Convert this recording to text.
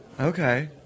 Okay